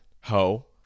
ho